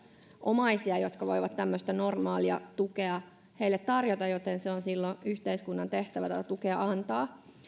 omaisia jotka voivat tämmöistä normaalia tukea heille tarjota joten silloin on yhteiskunnan tehtävä tätä tukea antaa